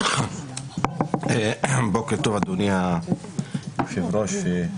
בוקר טוב, אדוני היושב-ראש,